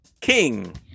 King